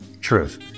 Truth